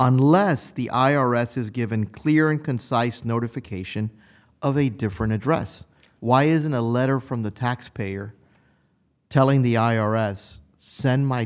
unless the i r s is given clear and concise notification of a different address why isn't a letter from the taxpayer telling the i r s send my